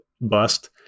bust